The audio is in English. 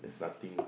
it's nothing